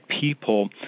people